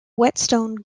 whetstone